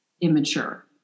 immature